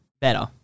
better